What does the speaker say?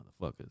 motherfuckers